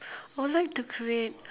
I would like to create